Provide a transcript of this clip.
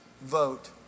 vote